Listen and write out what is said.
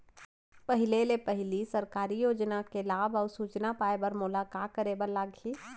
पहिले ले पहिली सरकारी योजना के लाभ अऊ सूचना पाए बर मोला का करे बर लागही?